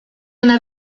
una